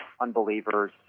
unbelievers